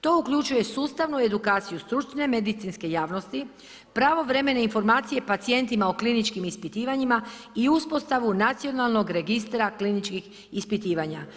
To uključuje sustavnu edukaciju stručne medicinske javnosti, pravovremene informacije pacijentima o kliničkim ispitivanjima i uspostavu nacionalnog registra kliničkih ispitivanja.